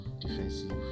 defensive